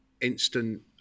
instant